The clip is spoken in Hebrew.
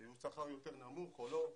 שיהיה בו שכר יותר נמוך או לא,